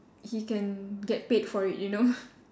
he can get paid for it you know